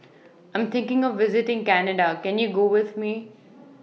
I Am thinking of visiting Canada Can YOU Go with Me